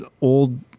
old